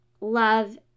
love